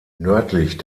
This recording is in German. nördlich